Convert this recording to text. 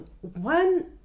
one